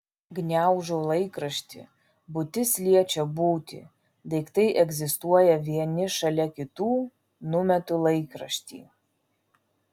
gniaužau laikraštį būtis liečia būtį daiktai egzistuoja vieni šalia kitų numetu laikraštį